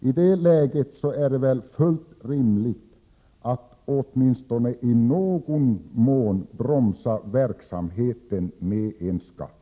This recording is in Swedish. I det läget är det väl fullt rimligt att åtminstone i någon mån bromsa verksamheten med en skatt.